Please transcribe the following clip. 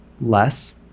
less